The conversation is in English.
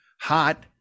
hot